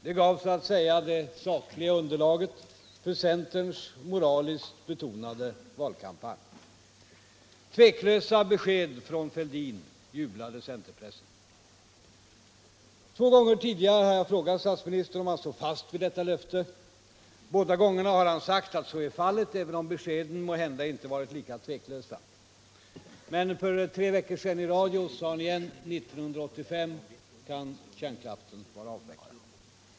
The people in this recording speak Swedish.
Det gav så att säga det sakliga underlaget för centerns moialiskt betonade valkampanj. Tveklösa besked från Fälldin, jublade centerpressen. Två gånger tidigare har jag frågat statsministern, om han står fast vid detta löfte. Båda gångerna har han sagt att så är fallet, även om beskeden måhända inte varit lika tveklösa. För tre veckor sedan sade han emellertid i radion på nytt att kärnkraften kan vara avvecklad år 1985.